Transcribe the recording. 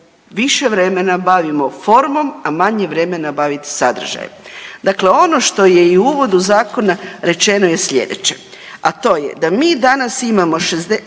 više vremena bavimo formom, a manje vremena baviti sadržajem. Dakle, ono što je i u uvodu zakona rečeno je slijedeće, a to je da mi danas imamo 82